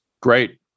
Great